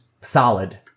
solid